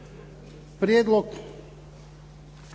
Prijedlog